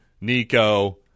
Nico